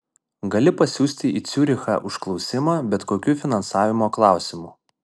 gali pasiųsti į ciurichą užklausimą bet kokiu finansavimo klausimu